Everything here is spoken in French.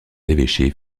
l’évêché